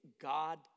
God